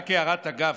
רק הערת אגב,